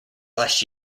last